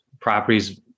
properties